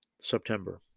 September